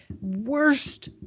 Worst